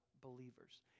believers